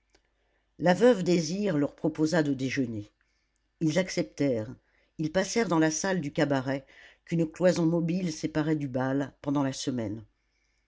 la veuve désir leur proposa de déjeuner ils acceptèrent ils passèrent dans la salle du cabaret qu'une cloison mobile séparait du bal pendant la semaine